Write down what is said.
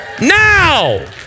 Now